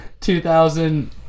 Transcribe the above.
2000